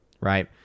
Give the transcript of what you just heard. right